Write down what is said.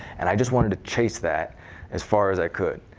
and i just wanted to chase that as far as i could.